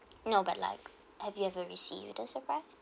no but like have you ever received a surprise